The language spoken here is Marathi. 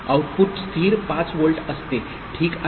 आउटपुट स्थिर 5 व्होल्ट असते ठीक आहे